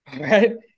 Right